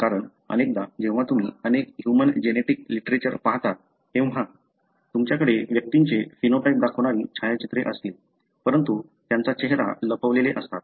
कारण अनेकदा जेव्हा तुम्ही अनेक ह्यूमन जेनेटिक लिटरेचर पाहता तेव्हा तुमच्याकडे व्यक्तींचे फेनोटाइप दाखवणारी छायाचित्रे असतील परंतु त्यांचा चेहरा लपवलेले असतात